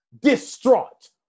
distraught